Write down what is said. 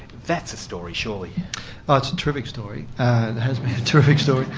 that's a story, surely? oh, it's a terrific story. it has been a terrific story.